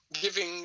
giving